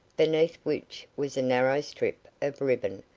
beneath which was a narrow strip of ribbon,